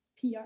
pr